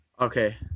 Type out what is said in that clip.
Okay